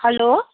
hello